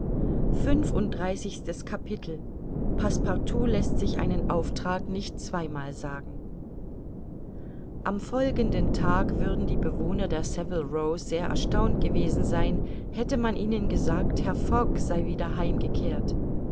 passepartout läßt sich einen auftrag nicht zweimal sagen am folgenden tag würden die bewohner der saville row sehr erstaunt gewesen sein hätte man ihnen gesagt herr fogg sei wieder heimgekehrt